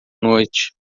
noite